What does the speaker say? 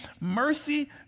mercy